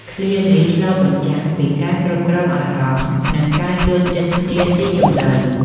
ឃ្លានេះឆ្លុះបញ្ចាំងពីការគ្រប់គ្រងអារម្មណ៍ និងការយល់ចិត្តគ្នាសុីជម្រៅ។